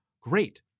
Great